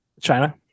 China